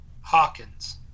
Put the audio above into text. Hawkins